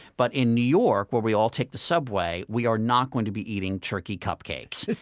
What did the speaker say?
but in new york, where we all take the subway, we're not going to be eating turkey cupcakes.